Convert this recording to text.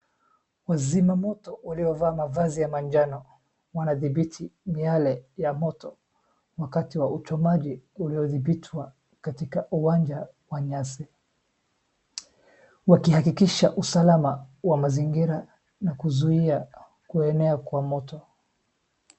Wazima moto waliovaa mavazi ya majano wanadhibiti miale ya moto wakati wa uchomaji uliodhibitwa katika uwanja wa nyasi. Wakihakikisha usalama wa mazingira na kuzuia kuenea kwa moto.